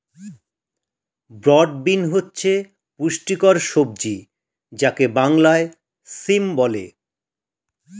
broad bean হচ্ছে পুষ্টিকর সবজি যাকে বাংলায় সিম বলে